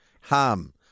ham